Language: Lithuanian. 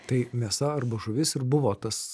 tai mėsa arba žuvis ir buvo tas